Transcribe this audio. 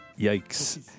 Yikes